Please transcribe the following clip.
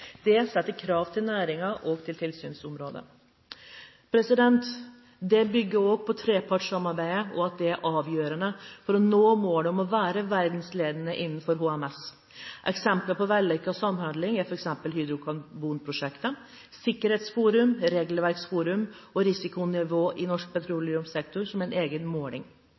Det setter krav til næringen og til tilsynsområdet. Dette bygger også på trepartssamarbeidet, som er avgjørende for å nå målet om å være verdensledende innen HMS. Eksempler på vellykket samhandling er hydrokarbonprosjektet, Sikkerhetsforum, Regelverksforum og Risikonivå i norsk petroleumssektor, som er en egen måling.